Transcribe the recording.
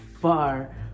far